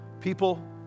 people